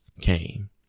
came